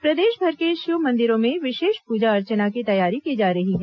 प्रदेशभर के शिव मंदिरों में विशेष पूजा अर्चना की तैयारी की जा रही है